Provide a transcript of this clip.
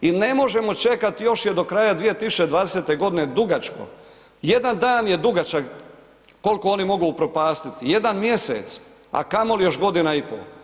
I ne možemo čekati, još je do kraja 2020. godine dugačko, jedan dan je dugačak koliko oni mogu upropastiti, jedan mjesec a kamoli još godina i pol.